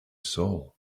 soul